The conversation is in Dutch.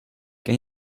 ken